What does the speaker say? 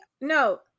No